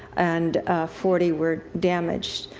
and forty were damaged.